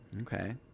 Okay